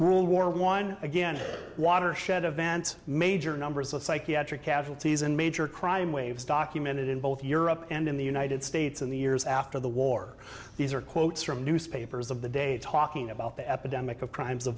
rule war one again a watershed event major numbers of psychiatric casualties and major crime waves documented in both europe and in the united states in the years after the war these are quotes from newspapers of the day talking about the epidemic of crimes of